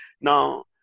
Now